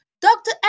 Dr